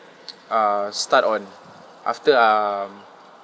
uh start on after um